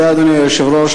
אדוני היושב-ראש,